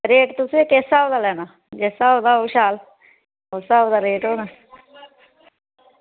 rate तुसें किस स्हाब दा लैना जिस स्हाब दा होग शैल उस स्हाब दा रेट होना